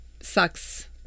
sucks